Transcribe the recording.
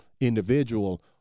individual